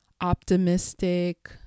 optimistic